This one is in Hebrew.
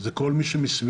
זה כל מי שמסביבי,